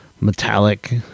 metallic